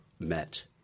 met